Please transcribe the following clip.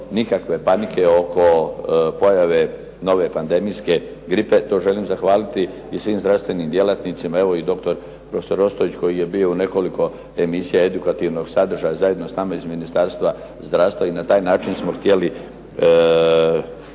nikakve panike oko pojave nove pandemijske gripe. To želim zahvaliti i svim zdravstvenim djelatnicima. Evo i dr. prof. Ostojić koji je bio u nekoliko emisija edukativnog sadržaja zajedno s nama iz Ministarstva zdravstva i na taj način smo htjeli